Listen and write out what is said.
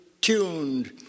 tuned